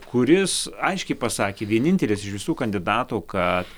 kuris aiškiai pasakė vienintelis iš visų kandidatų kad